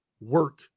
work